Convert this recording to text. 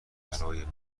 برای